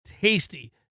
tasty